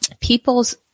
People's